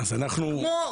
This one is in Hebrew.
כמו,